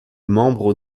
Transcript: membre